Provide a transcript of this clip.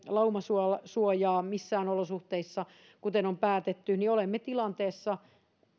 laumasuojaa laumasuojaa missään olosuhteissa kuten on päätetty olemme tilanteessa